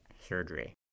surgery